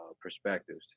perspectives